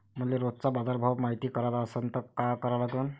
मले रोजचा बाजारभव मायती कराचा असन त काय करा लागन?